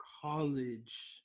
college